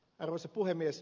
arvoisa puhemies